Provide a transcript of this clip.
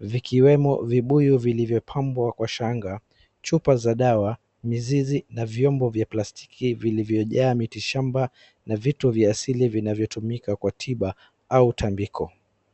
vikiwemo vibuyu vilivyopambwa kwa shanga, chupa za dawa, mizizi na vyombo vya plastiki vilivyojaa mitishamba na vitu vya asili vinavyotumika kwa tiba au tambiko.